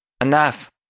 enough